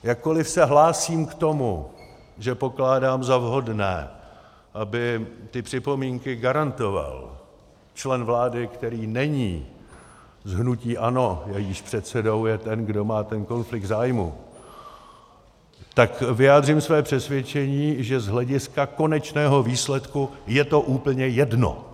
Jakkoliv se hlásím k tomu, že pokládám za vhodné, aby ty připomínky garantoval člen vlády, který není z hnutí ANO, jejíž předsedou je ten, kdo má ten konflikt zájmů, tak vyjádřím své přesvědčení, že z hlediska konečného výsledku je to úplně jedno.